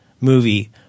movie